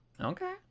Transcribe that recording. Okay